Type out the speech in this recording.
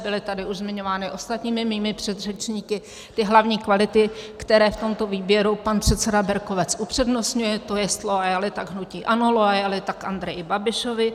Byly tady už zmiňovány ostatními mými předřečníky hlavní kvality, které v tomto výběru pan předseda Berkovec upřednostňuje, to jest loajalita k hnutí ANO, loajalita k Andreji Babišovi.